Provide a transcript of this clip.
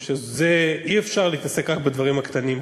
אני חושב שאי-אפשר להתעסק רק בדברים הקטנים,